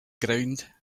ground